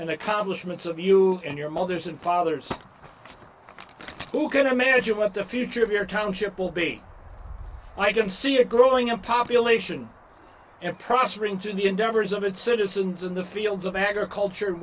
and accomplishments of you and your mothers and fathers who can imagine what the future of your township will be i can see a growing a population and prospering to the endeavors of its citizens in the fields of agriculture and